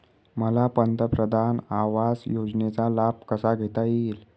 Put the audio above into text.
मला पंतप्रधान आवास योजनेचा लाभ कसा घेता येईल?